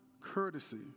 courtesy